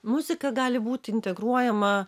muzika gali būti integruojama